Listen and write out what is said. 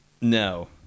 no